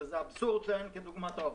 שזה אבסורד שאין כדוגמתו.